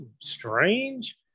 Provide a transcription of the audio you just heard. strange